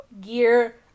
Gear